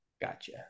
Gotcha